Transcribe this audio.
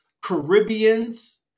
Caribbeans